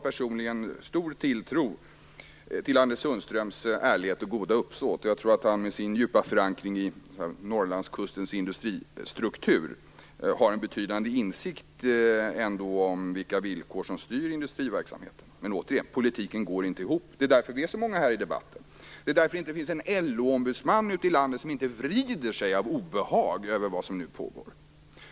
Personligen har jag stor tilltro till Anders Sundströms ärlighet och goda uppsåt. Jag tror att han med sin djupa förankring i Norrlandskustens industristruktur ändå har en betydande insikt om de villkor som styr industriverksamheten. Men återigen: Politiken går inte ihop. Det är därför som vi som deltar i denna debatt är så många. Det är därför som det inte finns en enda LO-ombudsman ute i landet som inte vrider sig av obehag över vad som nu pågår.